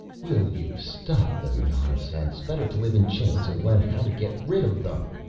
will you stop the nonsense. better to live in chains and learn how to get rid of them.